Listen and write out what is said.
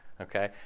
okay